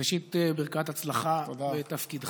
ראשית, ברכת הצלחה בתפקידך.